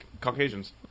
Caucasians